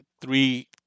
three